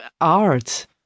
art